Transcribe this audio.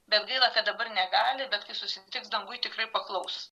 bet gaila kad dabar negali bet kai susitiks danguj tikrai paklaus